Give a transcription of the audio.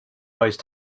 rise